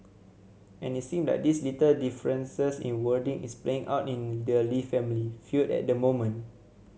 and it seem like these little differences in wording is playing out in the Lee family feud at the moment